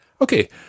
Okay